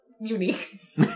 unique